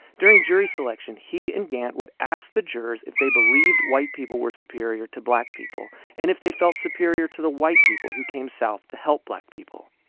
during jury selection, he and gantt would ask the jurors if they believed white people were superior to black people and if they felt superior to the white people who came south to help black people.